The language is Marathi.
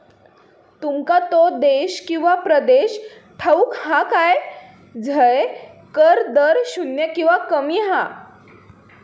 तुमका तो देश किंवा प्रदेश ठाऊक हा काय झय कर दर शून्य किंवा कमी हा?